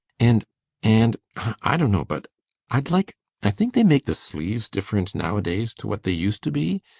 and and i dunno but i'd like i think they make the sleeves different nowadays to what they used to be.